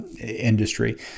industry